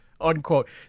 unquote